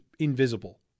invisible